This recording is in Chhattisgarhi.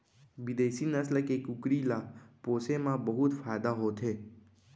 बिदेसी नसल के कुकरी ल पोसे म बहुत फायदा होथे